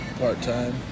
part-time